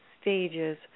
stages